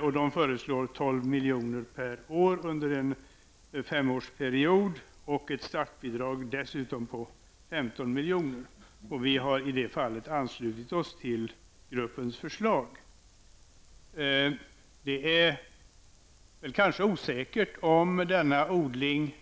Gruppen föreslår 12 milj.kr. per år under en femårsperiod och dessutom ett startbidrag på 15 milj.kr. Vi har i detta fall anslutit oss till gruppens förslag. Det är osäkert om denna odling